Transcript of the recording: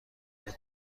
کنی